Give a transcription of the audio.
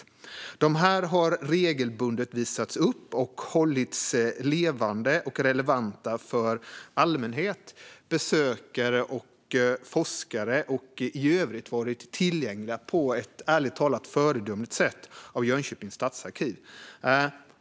Breven har regelbundet visats upp och hållits levande och relevanta för allmänhet, besökare och forskare och i övrigt varit tillgängliga på ett ärligt talat föredömligt sätt av Jönköpings stadsarkiv.